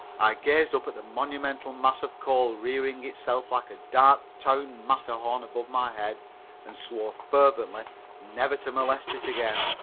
i gazed up at the monumental mass of coal rearing itself like a dark-town matterhorn above my head and swore fervently never to molest it again.